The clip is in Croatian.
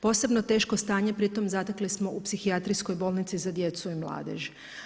Posebno teško stanje, pri tom, zatekli smo u psihijatrijskoj bolnici za djecu i mladež.